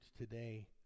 today